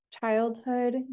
childhood